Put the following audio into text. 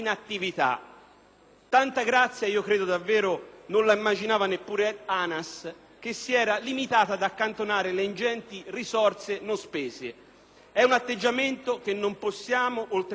Tanta grazia io credo davvero non la immaginasse neppure ANAS, che si era limitata ad accantonare le ingenti risorse non spese. E[]un atteggiamento che non possiamo tollerare